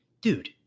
Dude